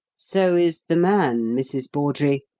so is the man, mrs. bawdrey,